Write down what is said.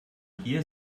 hier